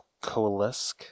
Coalesce